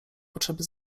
potrzeby